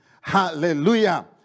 Hallelujah